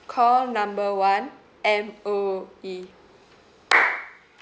call number one M_O_E